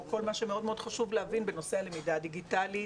או כל מה שמאוד מאוד חשוב להבין בנושא הלמידה הדיגיטלית,